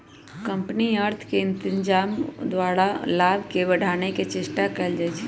company अर्थ के इत्जाम द्वारा लाभ के बढ़ाने के चेष्टा कयल जाइ छइ